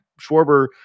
Schwarber